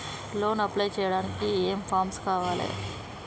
Loan apply చేయడానికి ఏం ఏం ఫామ్స్ కావాలే?